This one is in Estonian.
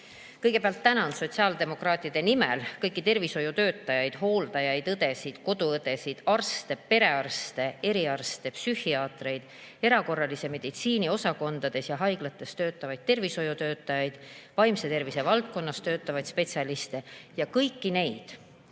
Kõigepealt tänan sotsiaaldemokraatide nimel kõiki tervishoiutöötajaid, hooldajaid, õdesid, koduõdesid, arste, perearste, eriarste, psühhiaatreid, erakorralise meditsiini osakondades ja haiglates töötavaid tervishoiutöötajaid, vaimse tervise valdkonnas töötavaid spetsialiste ning kõiki neid,